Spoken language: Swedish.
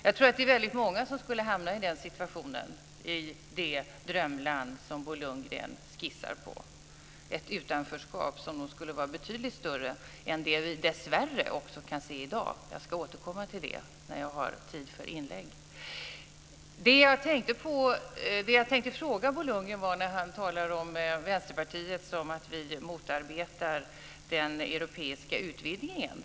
Jag tror att det är väldigt många som skulle hamna i den situationen i det drömland som Bo Lundgren skissar på - ett utanförskap som skulle vara betydligt större än det vi dessvärre kan se också i dag. Jag ska återkomma till det i mitt huvudanförande. Bo Lundgren talar om att Vänsterpartiet motarbetar den europeiska utvidgningen.